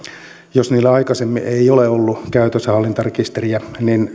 jos kansallisvaltioilla aikaisemmin ei ole ollut käytössä hallintarekisteriä